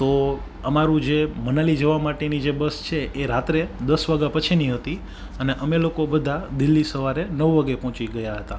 તો અમારું જે મનાલી જવા માટેની જે બસ છે એ રાત્રે દસ વાગ્યા પછીની હતી અને અમે લોકો બધા દિલ્હી સવારે નવ વાગે પહોંચી ગયા હતા